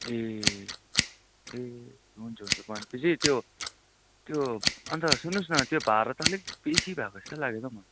ए ए हुन्छ हुन्छ भनेपछि त्यो त्यो अन्त सुन्नुहोस् न त्यो भाडा त अलिक बेसी भएको जस्तो लाग्यो त है म त